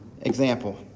example